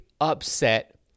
upset